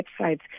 websites